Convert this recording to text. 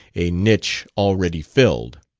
a niche already filled.